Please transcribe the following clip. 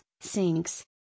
sinks